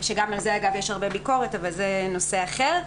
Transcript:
גם על זה אגב יש הרבה ביקורת, אבל זה נושא אחר.